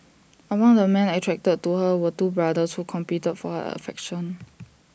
among the men attracted to her were two brothers who competed for her affection